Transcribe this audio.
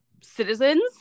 citizens